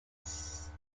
space